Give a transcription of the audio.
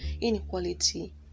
inequality